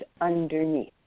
underneath